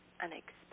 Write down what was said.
unexpected